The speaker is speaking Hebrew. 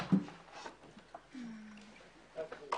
ננעלה בשעה 15:50.